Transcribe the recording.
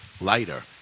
lighter